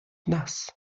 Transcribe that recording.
nass